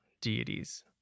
deities